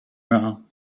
wrong